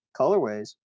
colorways